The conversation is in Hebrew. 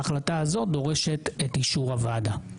ההחלטה הזאת דורשת את אישור הוועדה.